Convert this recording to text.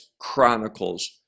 chronicles